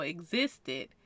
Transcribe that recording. existed